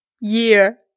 year